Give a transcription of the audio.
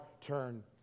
turn